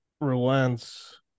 relents